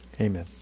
Amen